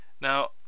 Now